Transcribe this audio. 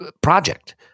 project